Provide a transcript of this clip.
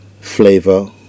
flavor